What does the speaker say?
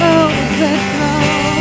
overcome